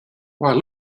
while